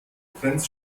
trends